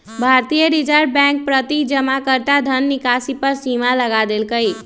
भारतीय Reserve Bank प्रति जमाकर्ता धन निकासी पर सीमा लगा देलकइ